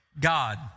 God